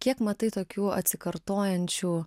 kiek matai tokių atsikartojančių